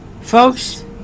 Folks